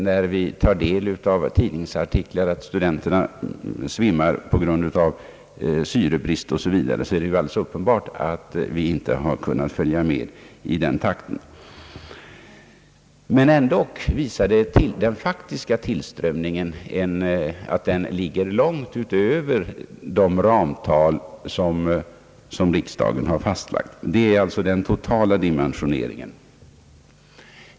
När vi tar del av tidningsartiklar, där det står bland annat att studenterna svimmar på grund av syrebrist, är det alldeles uppenbart att vi inte kunnat följa med i utbyggnadstakten. Men ändå ligger den faktiska tillströmningen långt utöver det ramtal som riksdagen har fastlagt. Detta gäller alltså i fråga om den totala dimensioneringen.